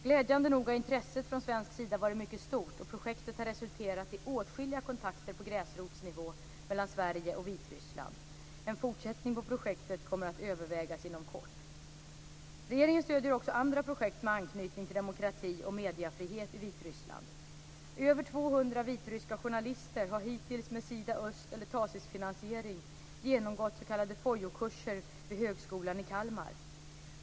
Glädjande nog har intresset från svensk sida varit mycket stort, och projektet har resulterat i åtskilliga kontakter på gräsrotsnivå mellan Sverige och Vitryssland. En fortsättning på projektet kommer att övervägas inom kort. Regeringen stöder också andra projekt med anknytning till demokrati och mediefrihet i Vitryssland. Över 200 vitryska journalister har hittills med Sida kurser vid högskolan i Kalmar.